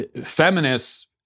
feminists